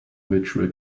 virtual